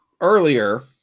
earlier